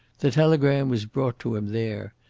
the telegram was brought to him there.